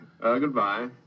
goodbye